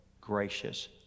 gracious